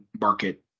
market